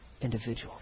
individuals